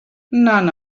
none